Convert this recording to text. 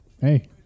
hey